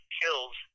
kills